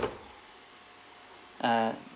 uh